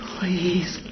Please